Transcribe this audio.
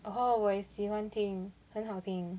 oh 我也喜欢听很好听